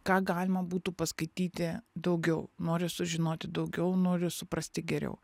ką galima būtų paskaityti daugiau noriu sužinoti daugiau noriu suprasti geriau